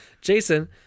Jason